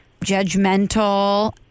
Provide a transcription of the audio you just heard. judgmental